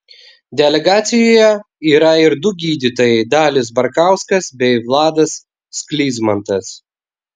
delegacijoje yra ir du gydytojai dalius barkauskas bei vladas sklizmantas